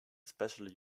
especially